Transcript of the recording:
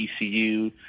ECU